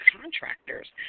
contractors